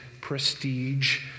prestige